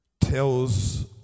tells